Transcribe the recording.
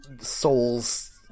Souls